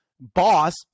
boss